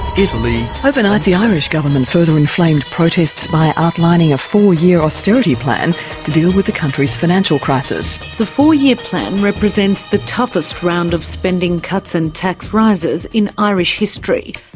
overnight the irish government further inflamed protests by outlining a four-year austerity plan to deal with the country's financial crisis. the four-year plan represents the toughest round of spending cuts and tax rises in irish history.